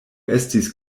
estis